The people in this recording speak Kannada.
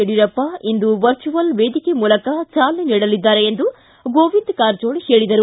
ಯಡಿಯೂರಪ್ಪ ಇಂದು ವರ್ಚುವಲ್ ವೇದಿಕೆ ಮೂಲಕ ಚಾಲನೆ ನೀಡಲಿದ್ದಾರೆ ಎಂದು ಗೋವಿಂದ ಕಾರಜೋಳ ಹೇಳಿದರು